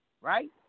right